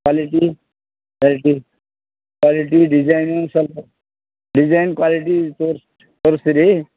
quality quality quality ಡಿಸೈನೂ ಸ್ವಲ್ಪ design quality ತೋರ್ಸಿ ತೋರಿಸ್ತೀರೀ